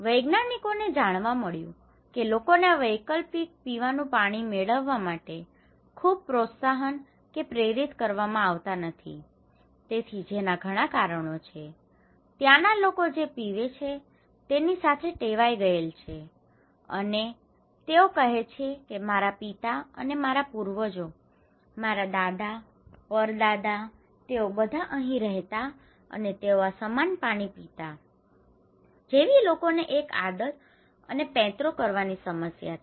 વિજ્ઞાનિકોને જાણવા મળ્યું કે લોકોને આ વૈકલ્પિક પીવાનું પાણી મેળવવા માટે ખૂબ પ્રોત્સાહન કે પ્રેરિત કરવામાં આવતા નથી તેથી જેના ઘણા કારણો છે ત્યાંનાં લોકો જે પીવે છે તેની સાથે ટેવાઇ ગયેલા છે અને તેઓ કહે છે કે મારા પિતા અને મારા પૂર્વજો મારા દાદા મારા પરદાદા તેઓ બધા અહીં રહેતા અને તેઓ આ સમાન પાણી પીતાં જેવી લોકોને એક આદત અને પેંતરો કરવાની સમસ્યા છે